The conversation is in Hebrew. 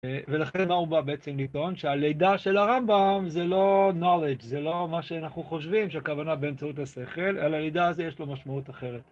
ולכן מה הוא בא בעצם לטעון? שהלידה של הרמב״ם זה לא knowledge, זה לא מה שאנחנו חושבים, שהכוונה באמצעות השכל, אלא לידה הזו יש לו משמעות אחרת.